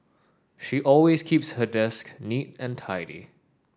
she always keeps her desk neat and tidy